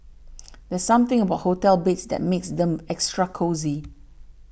there's something about hotel beds that makes them extra cosy